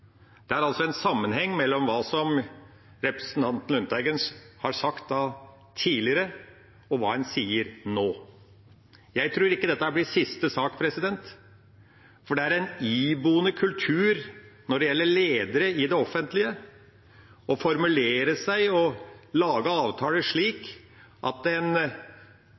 Det er altså en sammenheng mellom det representanten Lundteigen har sagt tidligere, og det han sier nå. Jeg tror ikke dette blir den siste saken, for det er en iboende kultur hos ledere i det offentlige for å formulere seg og lage avtaler slik at en